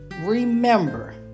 remember